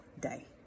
day